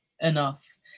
enough